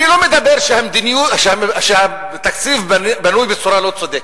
אני לא מדבר על זה שהתקציב בנוי בצורה לא צודקת.